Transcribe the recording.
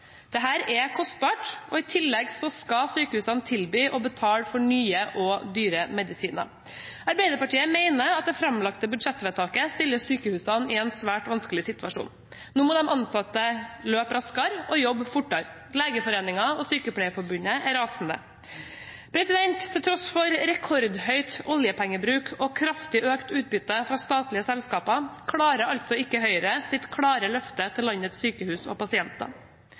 er kostbart. I tillegg skal sykehusene tilby og betale for nye og dyre medisiner. Arbeiderpartiet mener at det framlagte budsjettvedtaket stiller sykehusene i en svært vanskelig situasjon. Nå må de ansatte løpe raskere og jobbe fortere. Legeforeningen og Sykepleierforbundet er rasende. Til tross for rekordhøy oljepengebruk og kraftig økt utbytte fra statlige selskaper klarer altså ikke Høyre å holde sitt klare løfte til landets sykehus og pasienter.